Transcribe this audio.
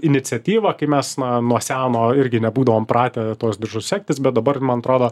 iniciatyvą kai mes na nuo seno irgi nebūdavom pratę tuos diržus segtis bet dabar man atrodo